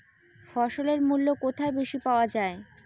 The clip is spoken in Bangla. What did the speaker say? ফসলের মূল্য কোথায় বেশি পাওয়া যায়?